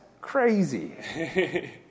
crazy